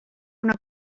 una